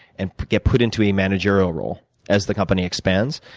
and get put into a managerial role as the company expands,